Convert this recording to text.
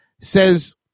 says